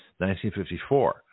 1954